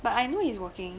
but I know he's working